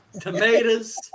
Tomatoes